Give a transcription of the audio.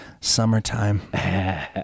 Summertime